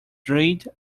dried